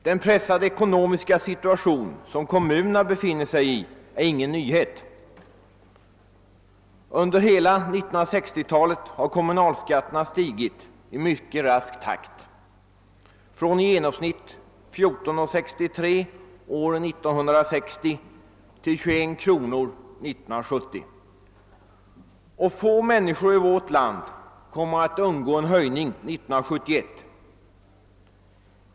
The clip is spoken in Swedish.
Den pressade ekonomiska situation, som kommunerna befinner sig i är ingen nyhet. Under hela 1960-talet har kommunalskatterna stigit i mycket rask takt från i genomsnitt 14:63 år 1960 till 21 kronor 1970, och få människor i vårt land kommer att undgå en höjning 1971.